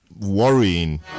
worrying